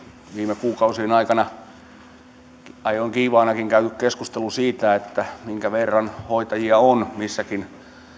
viime kuukausien aikana ajoin kiivaanakin käyty keskustelu siitä minkä verran hoitajia on missäkin